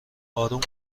آروم